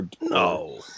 No